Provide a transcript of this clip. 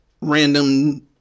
random